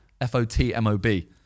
F-O-T-M-O-B